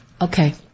Okay